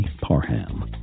Parham